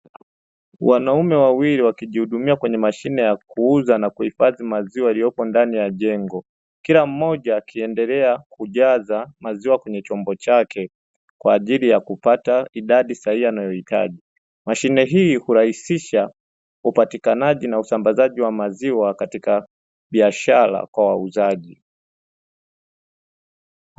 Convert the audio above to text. Wanaume wawili wakijihudumia kwenye mashine ya kuuza na kuhifadhi maziwa iliyopo ndani ya jengo, kila mmoja akiendelea kujaza maziwa kwenye chombo chake kwa ajili ya kupata idadi sahihi anayohitaji. Mashine hii hurahisisha upatikanaji na usambazaji wa maziwa katika biashara kwa wauzaji.